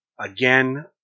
Again